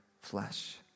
flesh